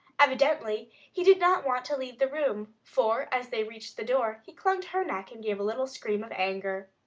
evidently he did not want to leave the room, for as they reached the door he clung to her neck and gave a little scream of anger.